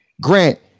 grant